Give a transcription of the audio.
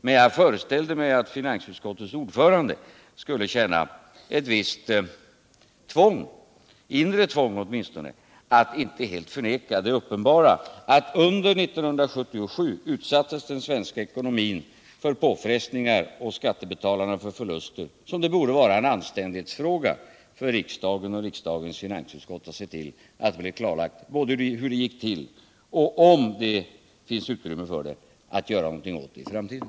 Men jag föreställde mig att finansutskotets ordförande åtminstone skulle känna ett visst inre tvång att inte helt förneka det uppenbara i att den svenska ekonomin under 1977 utsattes för påfrestningar och skattebetalarna för förluster. Det borde vara en anständighetsfråga för riksdagen och dess finansutskott att klarlägga hur det gick till och — om det finns utrymme för det — göra någonting åt det för framtiden.